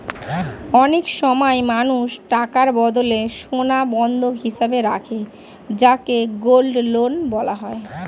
অনেক সময় মানুষ টাকার বদলে সোনা বন্ধক হিসেবে রাখে যাকে গোল্ড লোন বলা হয়